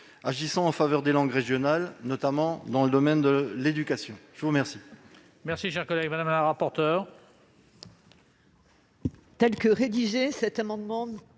agissant en faveur des langues régionales, notamment dans le domaine de l'éducation. Quel